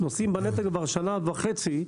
נושאים בנטל כבר שנה וחצי.